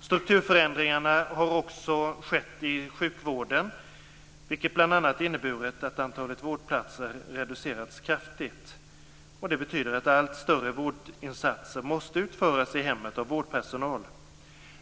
Strukturförändringarna har också skett i sjukvården, vilket bl.a. inneburit att antalet vårdplatser reducerats kraftigt. Det betyder att allt större vårdinsatser måste utföras i hemmet av vårdpersonal.